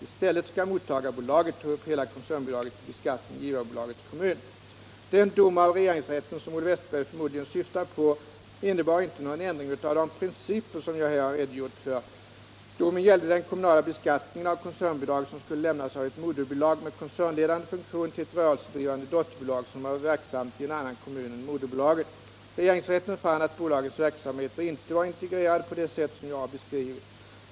I stället skall mottagarbolaget ta upp hela koncernbidraget till beskattning i givarbolagets kommun. Den dom av regeringsrätten som Olle Wästberg förmodligen syftar på innebar inte någon ändring av de principer som jag här har redogjort för. Domen gällde den kommunala beskattningen av koncernbidrag, som skulle lämnas av ett moderbolag med koncernledande funktion till ett rörelsedrivande dotterbolag, som var verksamt i en annan kommun än moderbolaget. Regeringsrätten fann att bolagens verksamheter inte var integrerade på det sätt som jag har beskrivit.